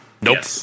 Nope